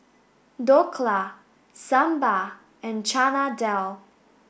Dhokla Sambar and Chana Dal